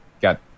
got